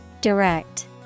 Direct